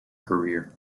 career